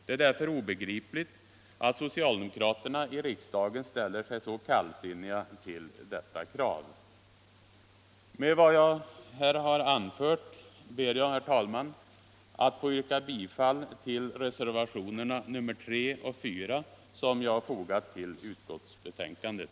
Det är därför obegripligt att socialdemokraterna i riksdagen ställer sig så kallsinniga till detta krav. Med vad jag här har anfört ber jag, herr talman, att få yrka bifall till reservationerna 3 och 4, som jag fogat till utskottsbetänkandet.